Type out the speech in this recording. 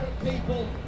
people